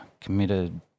committed